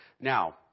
Now